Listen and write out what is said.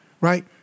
right